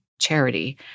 charity